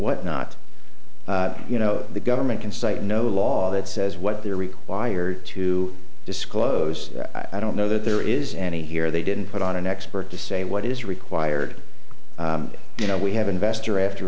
whatnot you know the government can cite no law that says what they're required to disclose i don't know that there is any here they didn't put on an expert to say what is required you know we have investor after